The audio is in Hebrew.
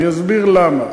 אסביר למה.